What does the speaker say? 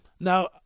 Now